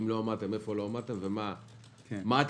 ואם לא עמדתם,